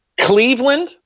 Cleveland